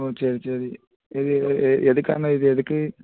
ஓ சரி சரி சரி எதுக்காக இது எதுக்கு